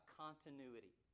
continuity